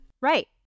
Right